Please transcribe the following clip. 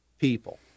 people